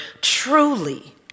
truly